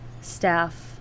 staff